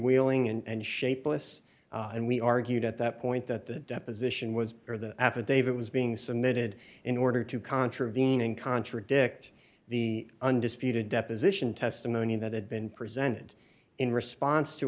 wheeling and shapeless and we argued at that point that the deposition was or the affidavit was being submitted in order to contravening contradict the undisputed deposition testimony that had been presented in